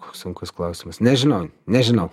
koks sunkus klausimas nežinau nežinau